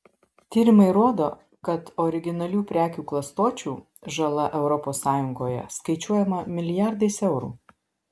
tyrimai rodo kad originalių prekių klastočių žala europos sąjungoje skaičiuojama milijardais eurų